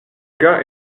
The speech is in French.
gars